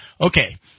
Okay